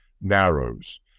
narrows